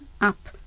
up